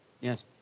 Yes